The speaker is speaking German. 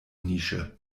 nische